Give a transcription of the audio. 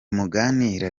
muganira